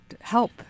Help